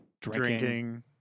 drinking